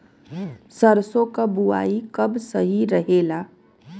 सरसों क बुवाई कब सही रहेला?